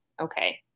Okay